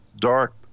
dark